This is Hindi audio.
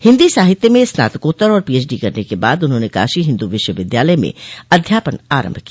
हिंदी साहित्य में स्नातकोत्तर और पीएचडी करने के बाद उन्होंने काशी हिंदू विश्वविद्यालय में अध्यापन आरंभ किया